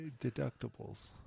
deductibles